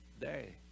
day